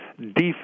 defense